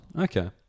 Okay